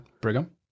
brigham